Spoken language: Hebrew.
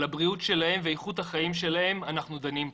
על הבריאות שלהם ואיכות החיים שלהם אנחנו דנים פה.